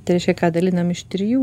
tai reiškia ką dalinam iš trijų